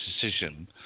decision